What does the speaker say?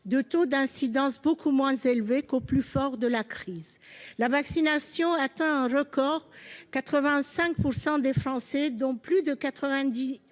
de taux d'incidence beaucoup moins élevés qu'au plus fort de la crise. La vaccination a atteint un record : 85 % des Français, dont plus de 90